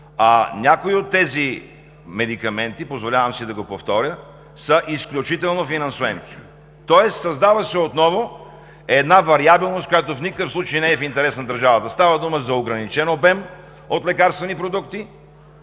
Някои от тези медикаменти, позволявам си да го повторя, са изключително финансоемки, тоест създава се отново една вариабилност, която в никакъв случай не е в интерес на държавата. Става дума за ограничен обем от лекарствени продукти,